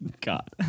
god